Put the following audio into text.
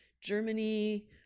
Germany